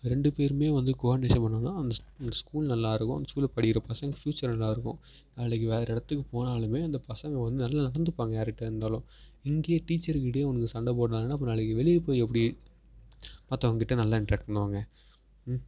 ரெண்டு பேருமே வந்து கோ ஆண்டிஷன் பண்ணிணா தான் அந்த ஸ்கூல் நல்லாயிருக்கும் அந்த ஸ்கூலில் படிக்கிற பசங்க ஃபியூச்சர் நல்லாயிருக்கும் நாளைக்கு வேற இடத்துக்கு போனாலுமே அந்த பசங்க வந்து நல்லா நடந்துப்பாங்க யாருகிட்டையா இருந்தாலும் இங்கையே டீச்சர்கிட்டயே உனக்கு சண்டை போடுறாங்கன்னா அப்புறம் நாளைக்கு வெளிய போய் எப்படி மற்றவங்கக்கிட்ட நல்லா இன்ட்ராக்ட் பண்ணுவாங்க